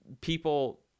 people